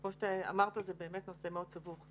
כפי שאמרת, זה באמת נושא מאוד סבוך.